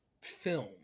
film